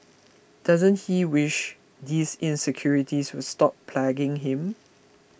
doesn't he wish these insecurities would stop plaguing him